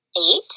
eight